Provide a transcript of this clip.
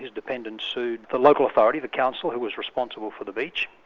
his depends, and sued the local authority, the council, who was responsible for the beach,